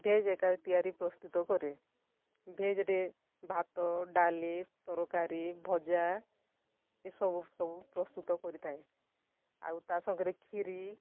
veg ଏକା ତିଆରି ପ୍ରସ୍ତୁତ କରେ ଭେଜ୍ରେ ଭାତ ଡାଲି ତରକାରୀ ଭଜା ଏ ସବୁ ସବୁ ପ୍ରସ୍ତୁତ କରିଥାଏ ଆଉ ତା' ସାଙ୍ଗରେ ଖିରୀ